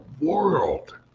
world